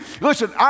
Listen